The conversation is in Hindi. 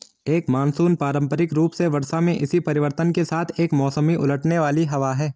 एक मानसून पारंपरिक रूप से वर्षा में इसी परिवर्तन के साथ एक मौसमी उलटने वाली हवा है